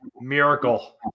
Miracle